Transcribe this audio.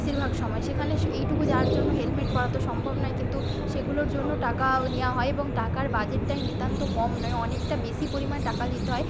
বেশিরভাগ সময় সেখানে এইটুকু যাওয়ার জন্য হেলমেট পরা তো সম্ভব নয় কিন্তু সেগুলোর জন্যও টাকা নেওয়া হয় এবং টাকার বাজেটটাই নিতান্ত কম নয় অনেকটা বেশি পরিমাণ টাকা দিতে হয়